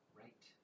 right